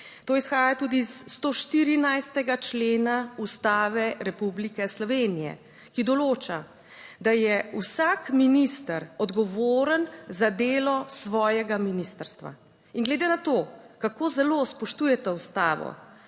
To izhaja tudi iz 114. člena Ustave Republike Slovenije, ki določa, da je vsak minister odgovoren za delo svojega ministrstva. In glede na to, kako zelo spoštujete Ustavo